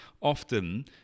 often